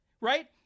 right